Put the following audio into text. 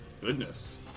Goodness